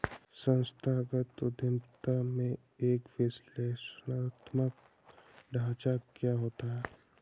संस्थागत उद्यमिता में एक विश्लेषणात्मक ढांचा क्या होता है?